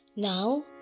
Now